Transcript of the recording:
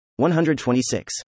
126